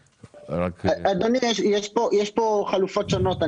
אדוני, יש פה חלופות שונות.